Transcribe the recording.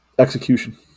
Execution